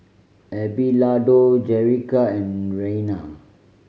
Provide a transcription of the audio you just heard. Abelardo Jerrica and Reina